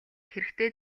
хэрэгтэй